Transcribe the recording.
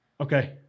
Okay